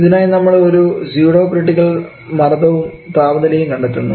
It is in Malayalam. ഇതിനായി നമ്മൾ ഒരു സ്യൂഡോ ക്രിട്ടിക്കൽ മർദവും താപനിലയും കണ്ടെത്തുന്നു